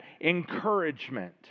encouragement